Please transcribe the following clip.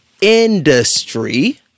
industry